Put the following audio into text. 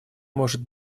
может